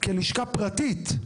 כלשכה פרטית.